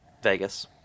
Vegas